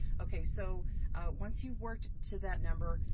okay, so once you've worked to that number,